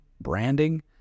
branding